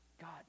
god